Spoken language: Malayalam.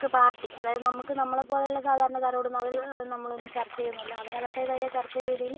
അവർക്ക് പാർട്ടി അതായത് നമുക്ക് നമ്മളെ പോലുള്ള സാധാരണക്കാരോടൊന്നും അവര് നമ്മളൊന്നും ചർച്ച ചെയ്യുകയൊന്നുമില്ല അവരവരുടേതായ ചർച്ചാ രീതിയില്